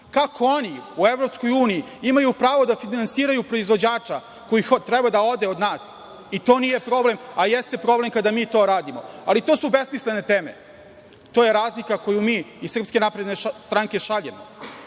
Kako oni u EU imaju pravo da finansiraju proizvođača koji treba da ode od nas i to nije problem, a jeste problem kada mi to radimo? To su besmislene teme. To je razlika koju mi iz SNS šaljemo